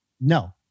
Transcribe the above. No